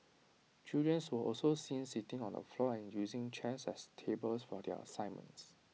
children's were also seen sitting on the floor and using chairs as tables for their assignments